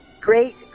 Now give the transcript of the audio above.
great